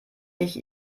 ich